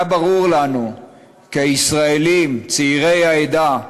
היה ברור לנו כי הישראלים צעירי העדה,